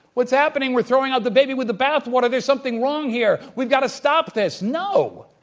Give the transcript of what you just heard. what's happening? we're throwing out the baby with the bath water. there's something wrong here. we've gotta stop this. no,